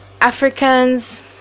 Africans